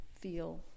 feel